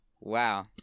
Wow